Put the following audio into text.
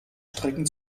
strecken